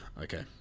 Okay